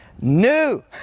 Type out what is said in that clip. new